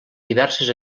diverses